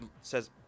says